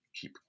Keep